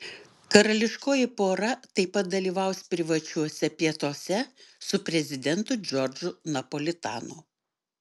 karališkoji pora taip pat dalyvaus privačiuose pietuose su prezidentu džordžu napolitanu